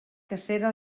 cacera